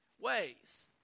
ways